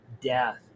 death